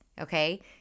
Okay